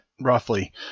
roughly